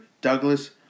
Douglas